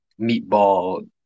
meatball